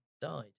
died